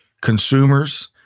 consumers